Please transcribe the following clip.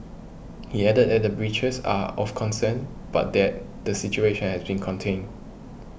he added that the breaches are of concern but that the situation has been contained